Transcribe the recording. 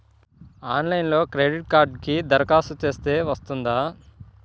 ఆన్లైన్లో క్రెడిట్ కార్డ్కి దరఖాస్తు చేస్తే వస్తుందా?